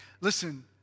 Listen